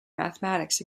mathematics